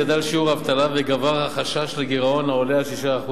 גדל שיעור האבטלה וגבר החשש לגירעון העולה על 6%,